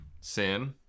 Sin